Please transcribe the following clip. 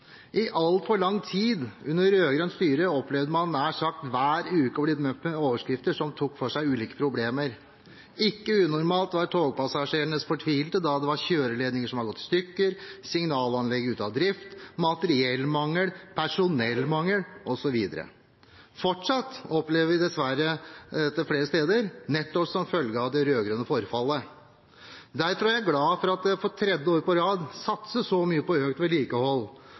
I altfor lang tid under rød-grønt styre opplevde man nær sagt hver uke å bli møtt med overskrifter som tok for seg ulike problemer. Ikke unormalt var togpassasjerene fortvilte når kjøreledninger var gått i stykker, signalanlegg var ute av drift, materiellmangel, personellmangel osv. Fortsatt opplever vi dessverre dette flere steder, nettopp som følge av det rød-grønne forfallet. Derfor er jeg glad for at det for tredje år på rad satses så mye på økt vedlikehold